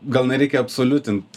gal nereikia absoliutint